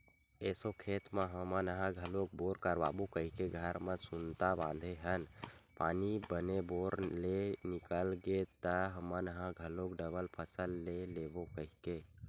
एसो खेत म हमन ह घलोक बोर करवाबो कहिके घर म सुनता बांधे हन पानी बने बोर ले निकल गे त हमन ह घलोक डबल फसल ले लेबो कहिके